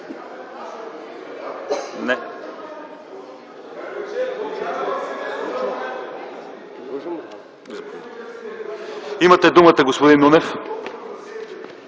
Нунев. Имате думата, господин Нунев.